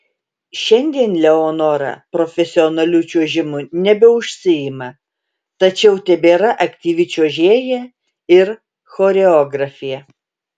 šiandien leonora profesionaliu čiuožimu nebeužsiima tačiau tebėra aktyvi čiuožėja ir choreografė